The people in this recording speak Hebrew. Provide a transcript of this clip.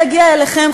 זה יגיע אליכם,